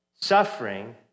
Suffering